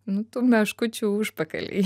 nu tų meškučių užpakalį